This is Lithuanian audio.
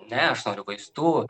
ne aš noriu vaistų